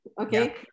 Okay